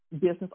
business